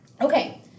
Okay